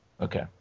okay